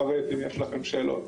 לפרט אם יש לכם שאלות.